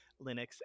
Linux